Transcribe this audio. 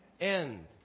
end